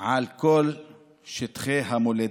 על כל שטחי המולדת,